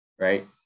right